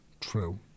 true